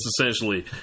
essentially